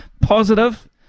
positive